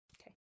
Okay